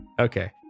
Okay